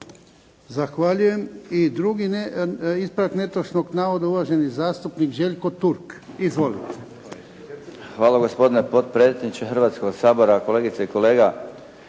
Zahvaljujem. I drugi ispravak netočnog navoda uvaženi zastupnik Željko Turk. Izvolite. **Turk, Željko (HDZ)** Hvala gospodine potpredsjedniče Hrvatskoga sabora, kolegice i kolega.